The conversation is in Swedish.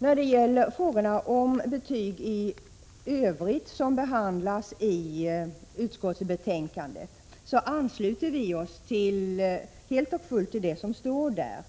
När det gäller övriga frågor om betyg som behandlas i betänkandet ansluter vi oss helt och fullt till det som där